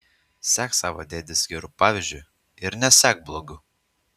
sek savo dėdės geru pavyzdžiu ir nesek blogu